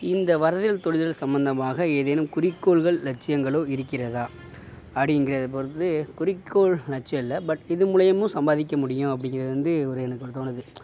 இந்த வரைதல் தொழில்கள் சம்பந்தமாக ஏதேனும் குறிக்கோள்கள் லட்சியங்களோ இருக்கிறதா அப்படிங்கிறத பொறுத்து குறிக்கோள் லட்சியம் இல்லை பட் இது மூலயமும் சம்பாதிக்க முடியும் அப்படிங்கிறது வந்து ஒரு எனக்கு ஒரு தோணுது